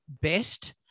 best